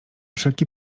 wszelki